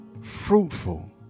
Fruitful